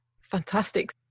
fantastic